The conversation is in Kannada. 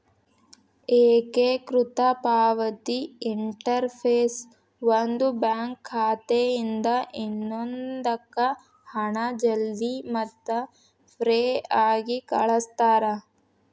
ಏಕೇಕೃತ ಪಾವತಿ ಇಂಟರ್ಫೇಸ್ ಒಂದು ಬ್ಯಾಂಕ್ ಖಾತೆಯಿಂದ ಇನ್ನೊಂದಕ್ಕ ಹಣ ಜಲ್ದಿ ಮತ್ತ ಫ್ರೇಯಾಗಿ ಕಳಸ್ತಾರ